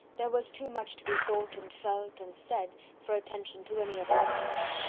there was too much to be thought, and felt, and said, for attention to any other objects.